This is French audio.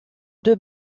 deux